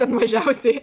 kad mažiausiai